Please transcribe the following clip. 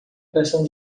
pressão